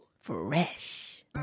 Fresh